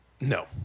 no